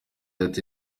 ati